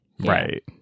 right